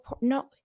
no